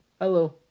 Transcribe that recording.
Hello